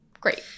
Great